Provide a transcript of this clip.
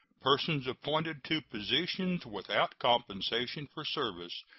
persons appointed to positions without compensation for services,